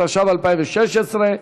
התשע"ו 2016,